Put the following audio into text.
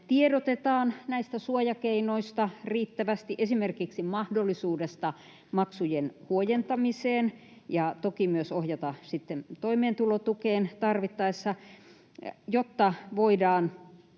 tiedotetaan näistä suojakeinoista riittävästi, esimerkiksi mahdollisuudesta maksujen huojentamiseen, ja toki myös ohjataan sitten toimeentulotukeen tarvittaessa, jotta voidaan